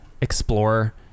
explore